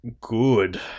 good